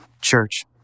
church